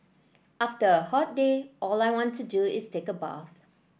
after a hot day all I want to do is take a bath